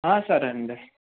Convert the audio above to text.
సరే అండి